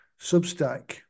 Substack